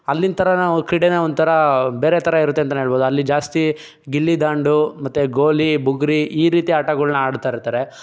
ಅಲ್ಲಿನ ಥರ ನಾವು ಕ್ರೀಡೆನ ಒಂದು ಥರ ಬೇರೆ ಥರ ಇರುತ್ತೆ ಅಂತಲೇ ಹೇಳ್ಬೋದು ಅಲ್ಲಿ ಜಾಸ್ತಿ ಗಿಲ್ಲಿ ದಾಂಡು ಮತ್ತೆ ಗೋಲಿ ಬುಗುರಿ ಈ ರೀತಿ ಆಟಗಳನ್ನ ಆಡ್ತಾಯಿರ್ತಾರೆ